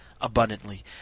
abundantly